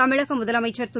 தமிழக முதலமைச்சர் திரு